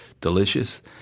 delicious